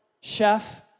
Chef